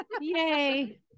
Yay